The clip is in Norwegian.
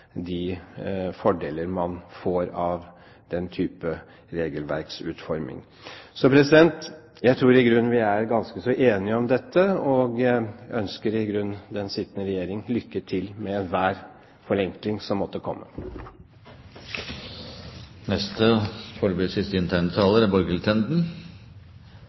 de fordeler man får av den typen regelverksutforming. Så jeg tror i grunnen vi er ganske enige om dette, og jeg ønsker den sittende regjering lykke til med enhver forenkling som måtte